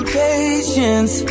patience